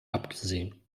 abgesehen